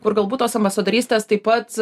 kur galbūt tos ambasodarystės taip pat